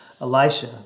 Elisha